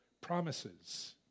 promises